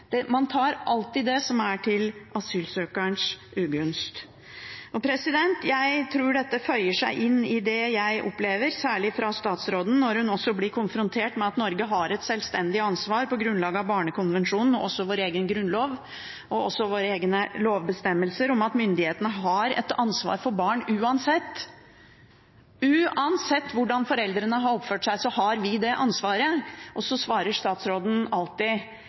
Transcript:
igjennom. Man tar alltid det som er til asylsøkerens ugunst. Dette føyer seg inn i det jeg opplever, særlig fra statsråden, når hun blir konfrontert med at Norge og norske myndigheter på grunnlag av barnekonvensjonen, vår egen grunnlov og også våre egne lovbestemmelser har et selvstendig ansvar for barn uansett. Uansett hvordan foreldrene har oppført seg, har vi det ansvaret. Og så svarer statsråden alltid: